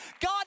God